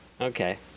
okay